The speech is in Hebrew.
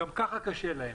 גם ככה קשה להם,